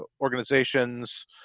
organizations